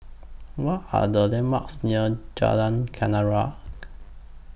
What Are The landmarks near Jalan Kenarah